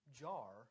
jar